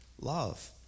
love